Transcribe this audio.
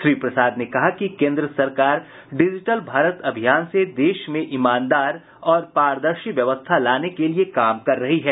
श्री प्रसाद ने कहा कि केन्द्र सरकार डिजिटल भारत अभियान से देश में ईमानदार और पारदर्शी व्यवस्था लाने के लिये काम कर रही है